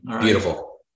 Beautiful